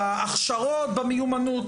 בהכשרות, במיומנות.